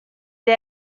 der